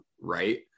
right